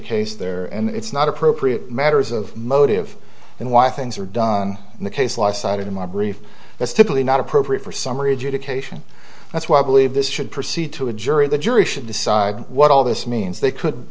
case there and it's not appropriate matters of motive and why things are done in the case law cited in my brief that's typically not appropriate for summary education that's why i believe this should proceed to a jury the jury should decide what all this means they could